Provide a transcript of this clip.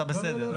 אתה בסדר.